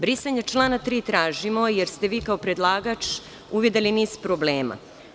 Brisanje člana 3. tražimo jer ste vi kao predlagač uvideli niz problema.